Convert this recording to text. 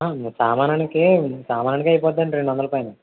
సామానానికి సామానుకే అయిపోతుందండి రెండు వందల పైన